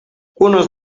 unos